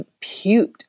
puked